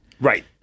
Right